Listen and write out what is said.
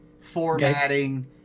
Formatting